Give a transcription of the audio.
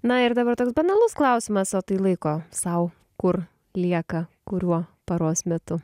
na ir dabar toks banalus klausimas o tai laiko sau kur lieka kuriuo paros metu